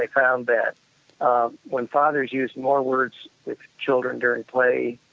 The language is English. they found that when fathers used more words with children during play,